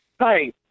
Hi